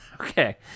Okay